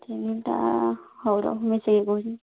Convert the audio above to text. କେନ୍ଟା ହଉ ରହ ମିଶେଇକରି କହୁଛେଁ